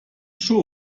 show